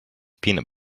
peanut